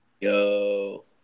Yo